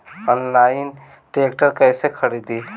Online tractor कैसे खरदी?